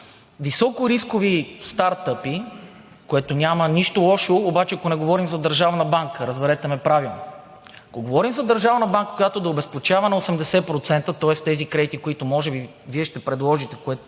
високорискови стартъп, в което няма нищо лошо. Обаче ако не говорим за държавна банка! Разберете ме правилно! Ако говорим за държавна банка, която да обезпечава на 80%, тоест тези кредити, които може би ще предложите, което